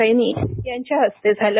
सैनी यांच्या हस्ते झालं